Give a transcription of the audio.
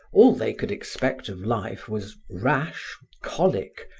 all they could expect of life was rash, colic,